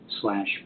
slash